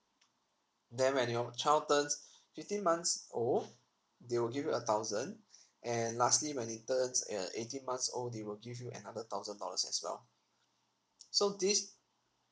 then when your child turns fifteen months old they will give you a thousand and lastly when he turns uh eighteen months old they will give you another thousand dollars as well so this